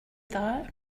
that